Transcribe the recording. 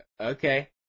okay